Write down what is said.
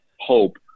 hope